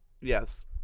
Yes